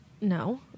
no